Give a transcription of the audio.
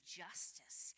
justice